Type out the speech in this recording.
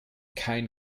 kein